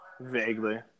Vaguely